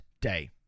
day